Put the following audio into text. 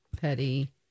petty